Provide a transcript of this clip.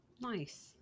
Nice